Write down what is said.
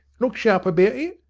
look sharp about it,